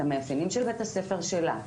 את המאפיינים של בית הספר שלה,